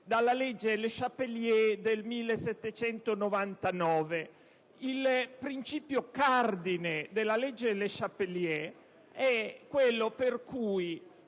la legge Le Chapelier del 1791. Il principio cardine della legge Le Chapelier è quello per cui